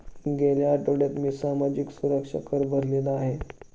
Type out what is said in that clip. गेल्या आठवड्यात मी सामाजिक सुरक्षा कर भरलेला आहे